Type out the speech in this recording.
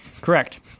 correct